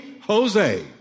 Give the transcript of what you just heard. Jose